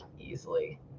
easily